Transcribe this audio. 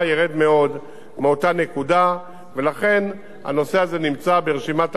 ולכן הנושא הזה נמצא ברשימת ההמתנה לשלב השני.